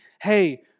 hey